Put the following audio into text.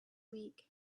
weak